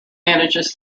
manages